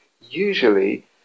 usually